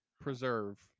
preserve